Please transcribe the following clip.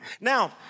Now